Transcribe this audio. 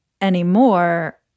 anymore